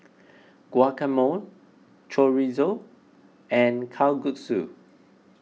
Guacamole Chorizo and Kalguksu